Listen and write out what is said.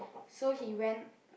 so he went